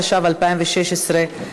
התשע"ו 2016,